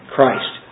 Christ